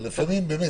אבל לפעמים באמת,